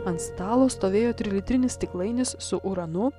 ant stalo stovėjo trilitrinis stiklainis su uranu